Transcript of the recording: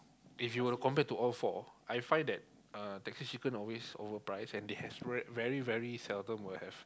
if you were to compare to all four I find that uh Texas chicken always overprice and they have very very seldom will have